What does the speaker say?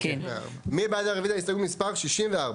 מי בעד רביזיה להסתייגות מספר 75?